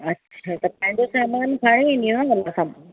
अच्छा त पंहिंजो सामान खणी ईंदी न मतलबु सभु